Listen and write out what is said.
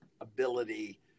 ability